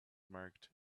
marked